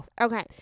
okay